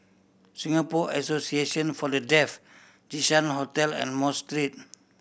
Singapore Association For The Deaf Jinshan Hotel and Mosque Street